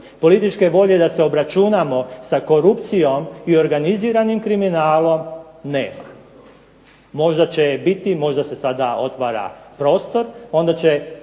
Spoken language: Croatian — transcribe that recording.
političke volje da se obračunamo sa korupcijom i organiziranim kriminalom nema. Možda će biti, možda se sada otvara prostor, onda će